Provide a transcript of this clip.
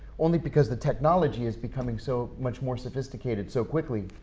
only because the technology is becoming so much more sophisticated so quickly.